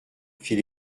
fit